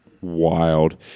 wild